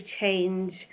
change